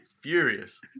furious